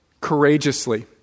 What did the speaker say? courageously